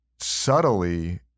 subtly